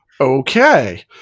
okay